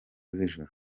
z’ijoro